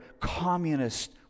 communist